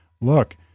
look